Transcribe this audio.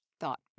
thought